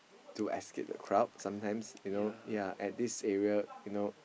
to escape the crowd sometimes you know yea at this area you know